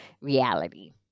reality